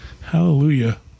Hallelujah